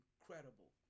Incredible